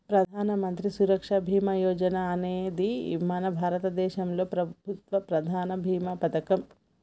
ప్రధానమంత్రి సురక్ష బీమా యోజన అనేది మన భారతదేశంలో ప్రభుత్వ ప్రధాన భీమా పథకం